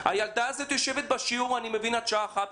הילדה הזאת ישבה בשיעור במשך שלוש שעות,